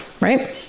right